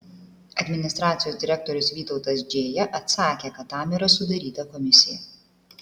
administracijos direktorius vytautas džėja atsakė kad tam yra sudaryta komisija